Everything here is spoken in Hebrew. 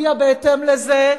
והצביעה בהתאם לזה,